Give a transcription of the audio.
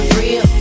real